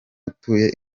utuye